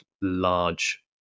large